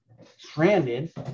stranded